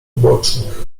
ubocznych